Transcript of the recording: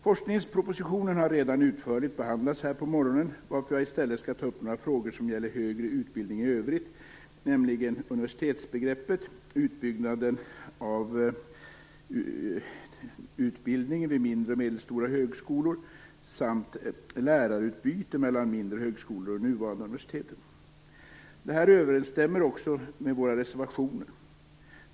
Forskningspropositionen har redan utförligt behandlats här på morgonen, varför jag i stället skall ta upp några frågor som gäller högre utbildning i övrigt, nämligen universitetsbegreppet, utbyggnaden av utbildningen vid mindre och medelstora högskolor samt lärarutbyte mellan de mindre högskolorna och de nuvarande universiteten. Detta överenstämmer också med våra reservationer.